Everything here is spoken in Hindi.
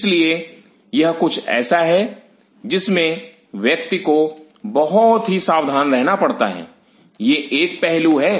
इसलिए यह कुछ ऐसा है जिसमें व्यक्ति को बहुत ही सावधान रहना पड़ता है यह एक पहलू है